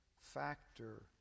factor